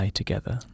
together